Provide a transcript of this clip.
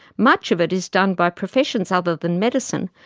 much of it is done by professions other than medicine,